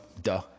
duh